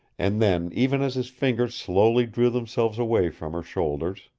and then, even as his fingers slowly drew themselves away from her shoulders,